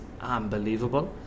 unbelievable